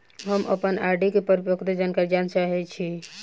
हम अप्पन आर.डी केँ परिपक्वता जानकारी जानऽ चाहै छी